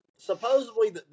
supposedly